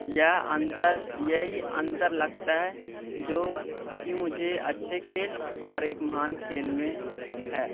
यह अंतर यही अंतर लगता है जो कि मुझे अच्छे खेल और एक महान खेल में है